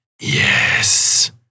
yes